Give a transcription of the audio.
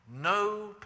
no